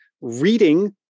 reading